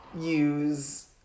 use